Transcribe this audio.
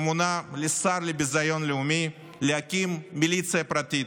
שמונה לשר לביזיון לאומי, להקים מיליציה פרטית.